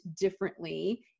differently